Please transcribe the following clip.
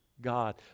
God